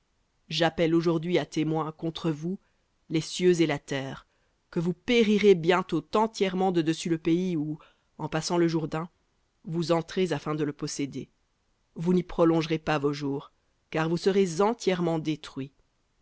j'appelle aujourd'hui à témoin contre vous les cieux et la terre que vous périrez bientôt entièrement de dessus le pays où en passant le jourdain vous afin de le posséder vous n'y prolongerez pas vos jours car vous serez entièrement détruits